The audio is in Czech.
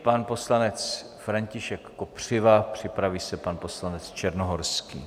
Pan poslanec František Kopřiva, připraví se pan poslanec Černohorský.